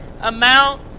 amount